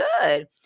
good